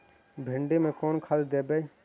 भिंडी में कोन खाद देबै?